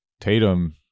Tatum